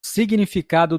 significado